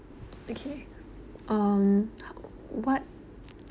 okay um what